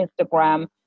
Instagram